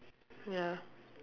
ya